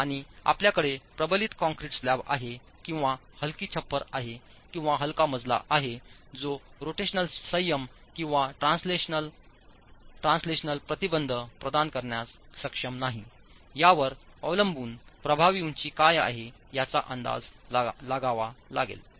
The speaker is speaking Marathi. आणि आपल्याकडे प्रबलित कंक्रीट स्लॅब आहे किंवा हलकी छप्पर आहे किंवा हलका मजला आहे जो रोटेशनल संयम किंवा ट्रान्सलेशनल ट्रान्सलेशनल प्रतिबंध प्रदान करण्यास सक्षम नाही यावर अवलंबून प्रभावी उंची काय आहे याचा अंदाज लागावा लागेल